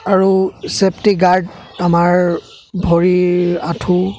আৰু safety guard আমাৰ ভৰিৰ আঁঠু